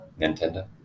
Nintendo